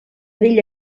vell